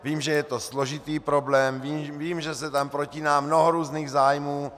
Vím, že je to složitý problém, vím, že se tam protíná mnoho různých zájmů.